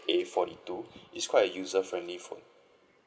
A forty two it's quite a user friendly phone